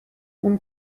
اون